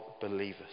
believers